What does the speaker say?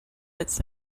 its